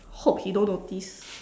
hope he don't notice